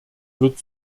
wird